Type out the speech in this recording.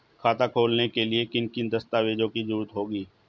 खाता खोलने के लिए किन किन दस्तावेजों की जरूरत होगी?